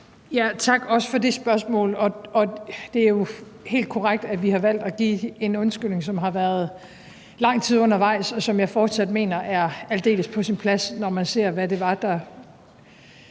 Tak, også for det spørgsmål. Det er jo helt korrekt, at vi har valgt at give en undskyldning, som har været lang tid undervejs, og som jeg fortsat mener er aldeles på sin plads, når man ser, hvad det var, der